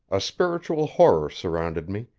a spiritual horror surrounded me,